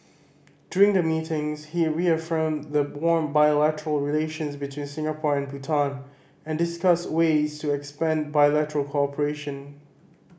during the meetings he reaffirmed the warm bilateral relations between Singapore and Bhutan and discussed ways to expand bilateral cooperation